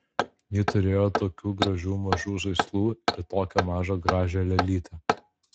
ji turėjo tokių gražių mažų žaislų ir tokią mažą gražią lėlytę